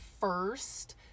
first